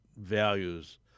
values